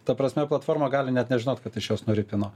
ta prasme platforma gali net nežinot kad iš jos nuripino